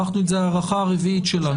זו הארכה רביעית שלנו.